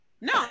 No